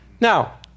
Now